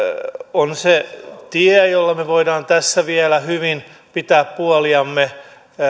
on se tie jolla me voimme tässä vielä hyvin pitää puoliamme